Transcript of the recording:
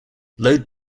load